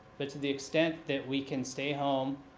but to the extent that we can stay home,